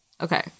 Okay